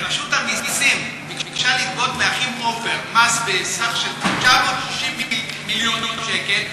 רשות המסים ביקשה לגבות מהאחים עופר מס בסך של 990 מיליון שקל.